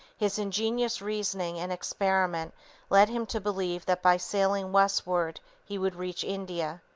his ingenious reasoning and experiment led him to believe that by sailing westward he would reach india.